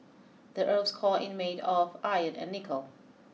the earth's core in made of iron and nickel